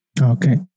Okay